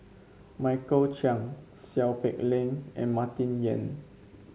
Michael Chiang Seow Peck Leng and Martin Yan